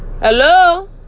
Hello